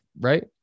right